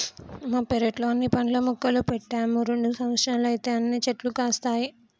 మా పెరట్లో అన్ని పండ్ల మొక్కలు పెట్టాము రెండు సంవత్సరాలైతే అన్ని చెట్లు కాస్తాయి